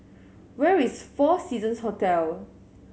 where is Four Seasons Hotel